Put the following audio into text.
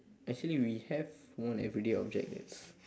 actually we have one everyday object that is